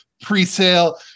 pre-sale